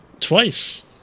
Twice